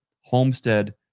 homestead